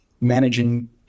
managing